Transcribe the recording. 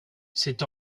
c’est